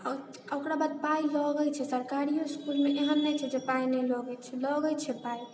ओकरा बाद पाइ लगै छै सरकारिओ इसकुलमे एहन नहि छै जे पाइ नहि लगै छै लगै छै पाइ